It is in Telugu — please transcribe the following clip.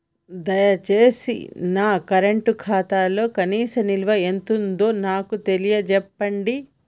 దయచేసి నా కరెంట్ ఖాతాలో కనీస నిల్వ ఎంతుందో నాకు తెలియచెప్పండి